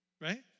Right